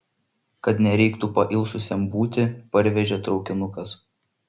kad nereiktų pailsusiem būti parvežė traukinukas